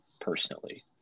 personally